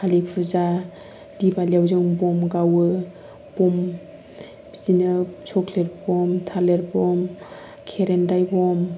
कालि फुजा दिवालिआव जों बमब गावो बमब बिदिनो सक्लेट बमब थालिर बमब खेरेमदाय बमब